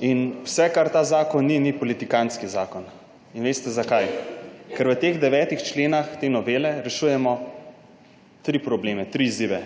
in vse, kar ta zakon ni, ni politikantski zakon. In veste zakaj? Ker v teh devetih členih te novele rešujemo tri probleme, tri izzive,